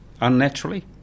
unnaturally